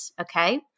okay